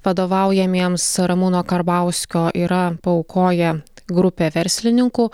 vadovaujamiems ramūno karbauskio yra paaukoję grupė verslininkų